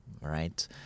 right